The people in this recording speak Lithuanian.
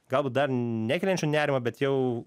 galbūt dar nekeliančių nerimą bet jau